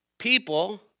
People